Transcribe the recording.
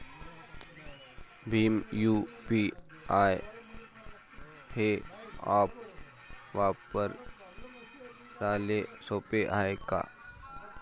Bhim UPI हे app वापराले सोपे हाय का?